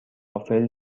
وافل